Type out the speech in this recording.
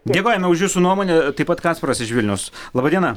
dėkojame už jūsų nuomonę taip pat kasparas iš vilniaus laba diena